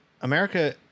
America